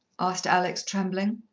asked alex, trembling.